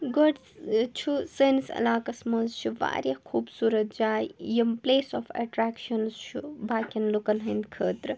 گۄڈ چھُ سٲنِس علاقَس منٛز چھِ واریاہ خوٗبصوٗرت جاے یِم پٕلیس آف ایٚٹرٛیکشَنٕز چھُ باقیَن لوٗکَن ہِنٛدۍ خٲطرٕ